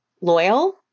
loyal